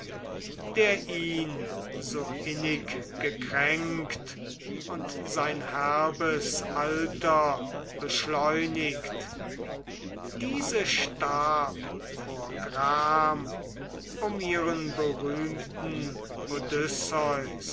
der ihn so innig gekränkt und sein herbes alter beschleunigt diese starb vor gram um ihren berühmten